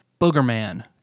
Boogerman